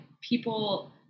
people